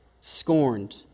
scorned